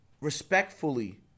Respectfully